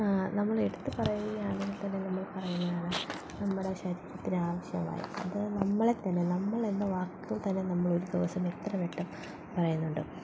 നമ്മളെടുത്ത് പറയുകയാണങ്കിൽ തന്നെ നമ്മൾ പറയുന്നതാണ് നമ്മുടെ ശരീരത്തിന് ആവശ്യമായി അത് നമ്മളെ തന്നെ നമ്മളെന്ന വാക്കിൽ തന്നെ നമ്മളൊരു ദിവസം എത്ര വട്ടം പറയുന്നുണ്ട്